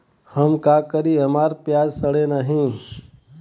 हम का करी हमार प्याज सड़ें नाही?